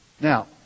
Now